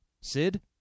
Sid